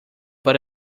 but